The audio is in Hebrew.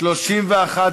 24 נתקבלו.